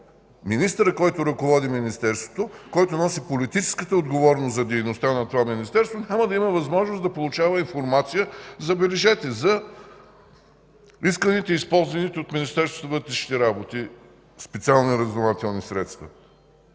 министърът, който ръководи Министерството, който носи политическата отговорност за дейността на това Министерство – да получава информация, забележете, за исканите и използваните от Министерството на вътрешните работи специални разузнавателни средства,